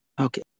Okay